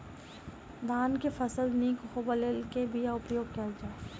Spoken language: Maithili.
धान केँ फसल निक होब लेल केँ बीया उपयोग कैल जाय?